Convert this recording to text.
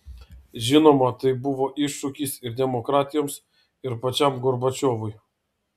žinoma tai buvo iššūkis ir demokratijoms ir pačiam gorbačiovui